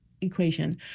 equation